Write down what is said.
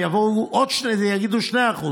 ויבואו ויגידו: 2%,